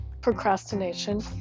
procrastination